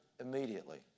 immediately